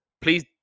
Please